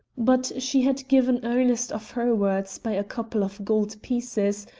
but she had given earnest of her words by a couple of gold pieces,